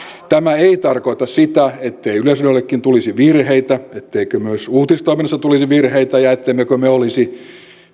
tämä ei tarkoita sitä ettei yleisradiollekin tulisi virheitä etteikö myös uutistoiminnassa tulisi virheitä ja ettemmekö me olisi